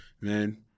man